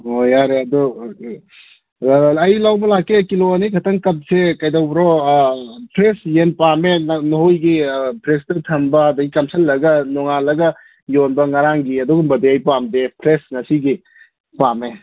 ꯑꯣ ꯌꯥꯔꯦ ꯑꯗꯨ ꯑꯩ ꯂꯧꯕ ꯂꯥꯛꯀꯦ ꯀꯤꯂꯣ ꯑꯅꯤ ꯈꯛꯇꯪ ꯀꯛꯁꯦ ꯀꯩꯗꯧꯕ꯭ꯔꯣ ꯐ꯭ꯔꯦꯁ ꯌꯦꯟ ꯄꯥꯝꯃꯦ ꯅꯣꯏꯒꯤ ꯑꯥ ꯐ꯭ꯔꯤꯖꯇ ꯊꯝꯕ ꯑꯗꯒꯤ ꯆꯝꯁꯤꯜꯂꯒ ꯅꯣꯉꯥꯜꯂꯒ ꯌꯣꯟꯕ ꯉꯔꯥꯡꯒꯤ ꯑꯗꯨꯒꯨꯝꯕꯗꯤ ꯑꯩ ꯄꯥꯝꯗꯦ ꯐ꯭ꯔꯦꯁ ꯉꯁꯤꯒꯤ ꯄꯥꯝꯃꯦ